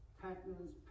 patterns